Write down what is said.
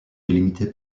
délimité